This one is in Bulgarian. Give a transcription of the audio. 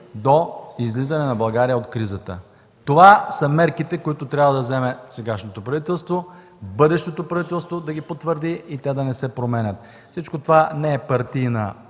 до излизане на България от кризата. Това са мерките, които трябва да вземе сегашното правителство, а бъдещото правителство да ги потвърди и те да не се променят. Всичко това не е партийна,